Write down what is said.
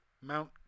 mount